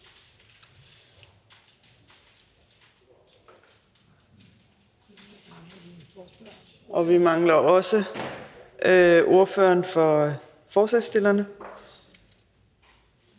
Vi mangler også ordføreren for forslagsstillerne